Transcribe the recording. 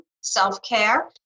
self-care